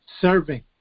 serving